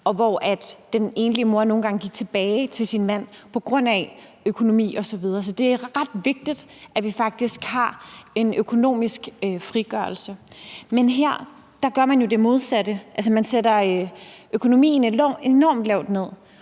og hvor den enlige mor nogle gange gik tilbage til sin mand på grund af økonomi osv. Så det er ret vigtigt, at vi faktisk har en økonomisk frigørelse. Men her gør man jo det modsatte, altså at man sætter økonomien enormt langt ned,